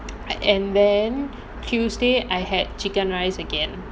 and then tuesday I had chicken rice again